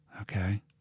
okay